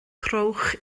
trowch